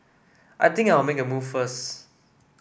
I think I'll make a move first